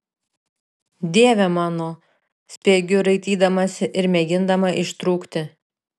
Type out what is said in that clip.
dieve mano spiegiu raitydamasi ir mėgindama ištrūkti